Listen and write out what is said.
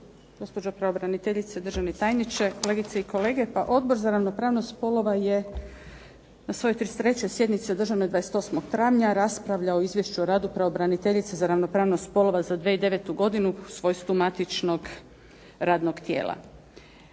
Gospođo pravobraniteljice, državni tajniče, kolegice i kolege. Pa Odbor za ravnopravnost spolova je na svojoj 33. sjednici održanoj 28. travnja raspravljao o Izvješću o radu pravobraniteljice za ravnopravnost spolova za 2009. godinu u svojstvu matičnog radnog tijela.